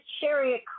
chariot